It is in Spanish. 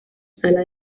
sala